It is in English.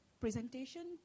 presentation